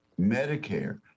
Medicare